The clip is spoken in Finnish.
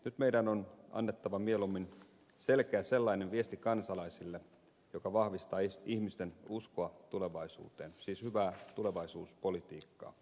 nyt meidän on annettava mieluummin selkeä sellainen viesti kansalaisille joka vahvistaa ihmisten uskoa tulevaisuuteen siis hyvää tulevaisuuspolitiikkaa